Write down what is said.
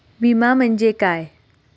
विमा म्हणजे काय?